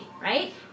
right